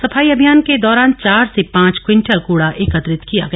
सफाई अभियान के दौरान चार से पांच क्विंटल कूड़ा एकत्रित किया गया